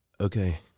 Okay